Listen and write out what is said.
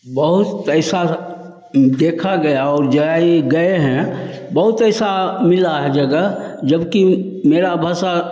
बहुत ऐसा देखा गया है और जाई गए हैं बहुत ऐसा मिला है जगह जब की मेरी भाषा